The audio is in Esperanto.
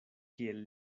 kiel